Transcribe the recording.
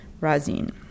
Razin